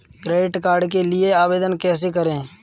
Credit card के लिए आवेदन कैसे करें?